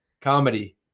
Comedy